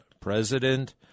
President